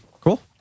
Cool